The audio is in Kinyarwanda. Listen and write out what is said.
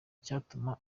cyatuma